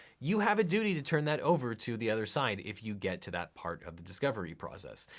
you have a duty to turn that over to the other side if you get to that part of the discovery process.